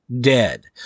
dead